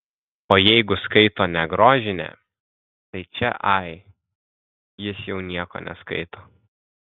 o jeigu skaito ne grožinę tai čia ai jis jau nieko neskaito